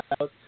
out